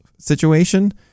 Situation